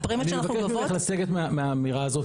הפרמיות שמחויבות --- אני מבקש ממך לסגת מהאמירה הזאת,